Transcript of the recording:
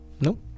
Nope